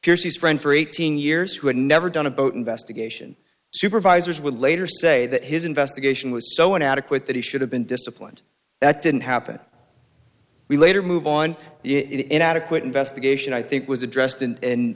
his friend for eighteen years who had never done a boat investigation supervisors would later say that his investigation was so inadequate that he should have been disciplined that didn't happen we later move on in adequate investigation i think was addressed in